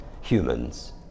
humans